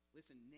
Listen